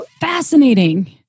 fascinating